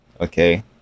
okay